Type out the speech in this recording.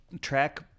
track